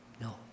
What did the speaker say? No